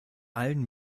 allen